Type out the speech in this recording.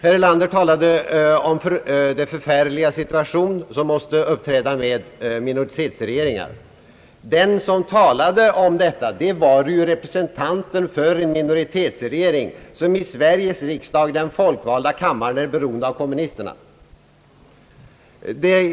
Herr Erlander talade om den förfärliga situation som måste uppkomma med en minoritetsregering. Men den som talade om detta var ju representanten för den minoritetsregering, som i den folkvalda kammaren i Sveriges riksdag är beroende av kommunisterna!